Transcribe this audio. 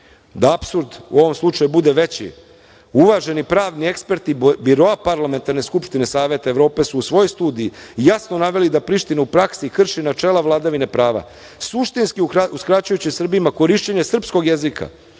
apsurd u ovom slučaju bude veći uvaženi pravni eksperti Biroa parlamentarne skupštine Saveta Evrope su u svojoj studiji jasno naveli da Priština u praksi krši načela vladavine prava, suštinski uskraćujući Srbima korišćenje srpskog jezika,